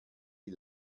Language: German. die